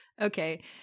Okay